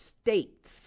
states